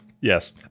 yes